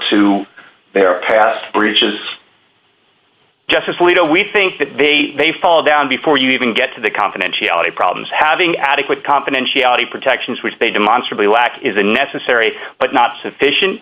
to their past breaches yes we don't we think that they they fall down before you even get to the confidentiality problems having adequate confidentiality protections which they demonstrably lack is a necessary but not sufficient